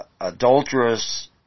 adulterous